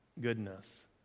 goodness